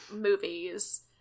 movies